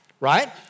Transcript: right